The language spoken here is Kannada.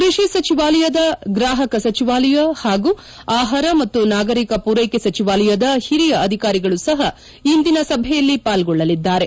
ಕೃಷಿ ಸಚಿವಾಲಯದ ಗ್ರಾಹಕರ ಸಚಿವಾಲಯ ಹಾಗೂ ಆಹಾರ ಮತ್ತು ನಾಗರಿಕ ಪೂರೈಕೆ ಸಚಿವಾಲಯದ ಹಿರಿಯ ಅಧಿಕಾರಿಗಳು ಸಹ ಇಂದಿನ ಸಭೆಯಲ್ಲಿ ಪಾಲ್ಗೊಳ್ಳಲಿದ್ದಾರೆ